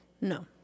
No